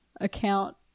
account